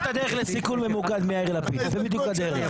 זו הדרך לסיכול ממוקד מיאיר לפיד, זו בדיוק הדרך.